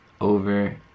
over